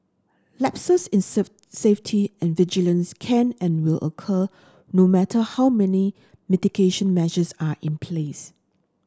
lapses in safe safety and vigilance can and will occur no matter how many mitigation measures are in place